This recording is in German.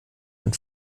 und